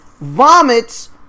vomits